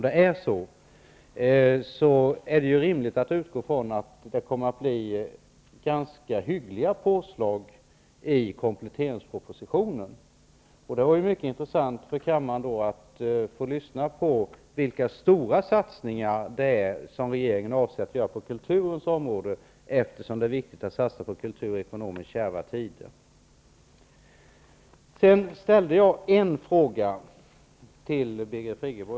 Det är då rimligt att utgå ifrån att det kommer att bli ganska hyggliga påslag i kompletteringspropositionen, och det vore mycket intressant för kammaren att få höra vilka stora satsningar som regeringen avser att göra på kulturens område, eftersom det är viktigt att satsa på kultur i ekonomiskt kärva tider. Jag ställde en enda fråga till Birgit Friggebo.